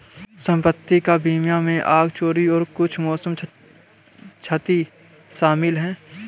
संपत्ति का बीमा में आग, चोरी और कुछ मौसम क्षति शामिल है